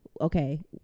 okay